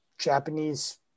Japanese